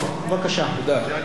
אדוני היושב-ראש,